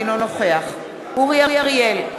אינו נוכח אורי אריאל,